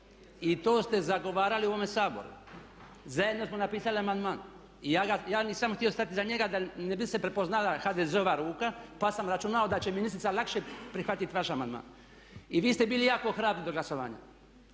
I to ste zagovarali u ovome Saboru. Zajedno smo napisali amandman i ja nisam htio stati iza njega da ne bi se prepoznala HDZ-ova ruka pa sam računao da će ministrica lakše prihvatiti vaš amandman. I vi ste bili jako hrabri do glasovanja.